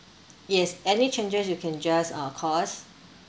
yes any changes you can just uh call us